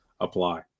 apply